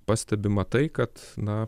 pastebima tai kad na